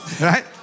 right